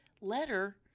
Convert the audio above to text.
letter